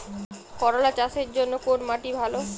করলা চাষের জন্য কোন মাটি ভালো?